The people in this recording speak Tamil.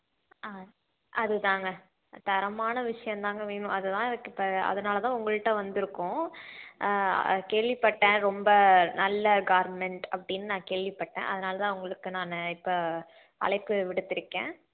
ஆ அது தாங்க தரமான விஷயம் தாங்க வேணும் அது தான் அதுக்கு அதனால் தான் உங்கள்கிட்ட வந்துருக்கோம் கேள்விப்பட்டேன் ரொம்ப நல்ல கார்மெண்ட் அப்படின்னு நான் கேள்விப்பட்டேன் அதனால் தான் உங்களுக்கு நான் இப்போ அழைப்பு விடுத்துருக்கேன்